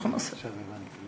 אנחנו נעשה.